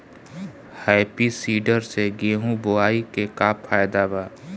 Happy seeder से गेहूं बोआई के का फायदा बा?